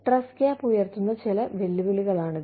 trust gap ഉയർത്തുന്ന ചില വെല്ലുവിളികളാണിത്